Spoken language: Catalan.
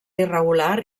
irregular